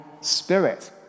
spirit